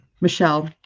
Michelle